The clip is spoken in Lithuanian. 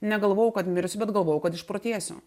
negalvojau kad mirsiu bet galvojau kad išprotėsiu